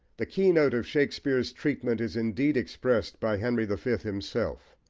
the keynote of shakespeare's treatment is indeed expressed by henry the fifth himself,